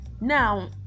Now